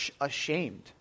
ashamed